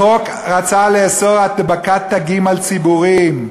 החוק רצה לאסור הדבקת תגים על ציבורים.